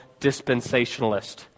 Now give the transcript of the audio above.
dispensationalist